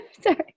Sorry